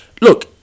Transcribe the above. Look